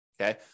okay